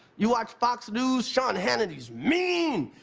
you watch fox news, sean hannity's mean.